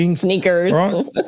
Sneakers